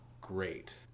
great